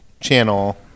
channel